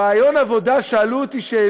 בריאיון העבודה שאלו אותי,